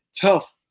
tough